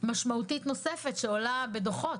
משמעותית נוספת שעולה בדוחות,